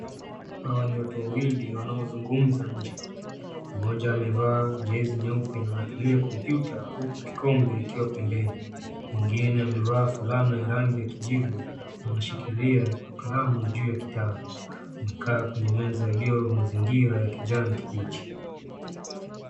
Hawa ni watu wawili wanaozungumza nje. Mmoja amevaa jezi nyeupe na anatumia kompyuta uku kikombe ikiwa pembeni mwingine amevaa fulana ya rangi ya kijivu na anashikilia kalamu juu ya kitabu. Wamekaa kwenye meza iliyo mazingira ya kijani kibichi.